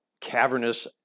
cavernous